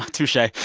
touche ah